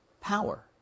power